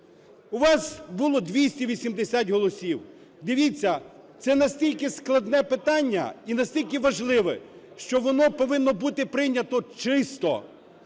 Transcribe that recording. У вас було 280 голосів. Дивіться, це настільки складне питання і настільки важливе, що воно повинно бути прийнято чисто,